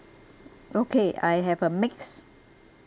okay I have a mix